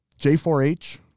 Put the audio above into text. J4H